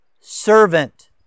servant